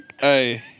Hey